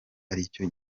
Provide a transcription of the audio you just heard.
aricyo